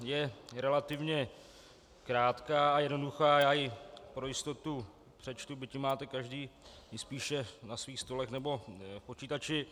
Je relativně krátká a jednoduchá, já ji pro jistotu přečtu, byť ji máte každý spíše na svých stolech nebo v počítači.